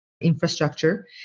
Infrastructure